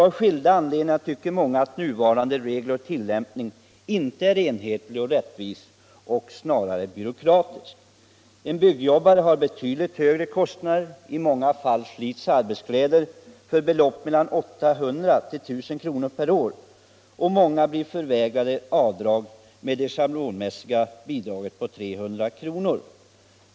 Av skilda anledningar tycker många att nuvarande regler och deras tillämpning inte är enhetliga och rättvisa. Tillämpningen sker snarare på ett byråkratiskt sätt. En byggjobbare har höga kostnader — ofta sliter han arbetskläder för belopp mellan 800 och 1 000 kr. per år. Men många byggjobbare blir förvägrade avdrag med det schablonmässiga beloppet på 300 kr.